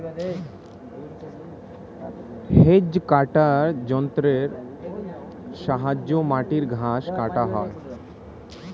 hedge কাটার যন্ত্রের সাহায্যে মাটির ঘাস কাটা হয়